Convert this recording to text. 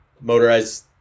motorized